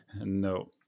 No